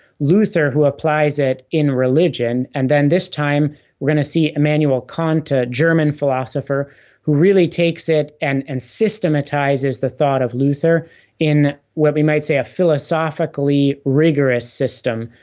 luther who applies it in religion and then this time we're going to see emmanuel kant, a german philosopher who really takes it, and and systematizes the thought of luther in what we might say a philosophically rigorous system.